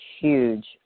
huge